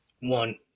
One